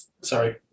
Sorry